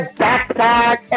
backpack